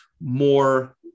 more